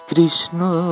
Krishna